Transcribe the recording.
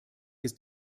ist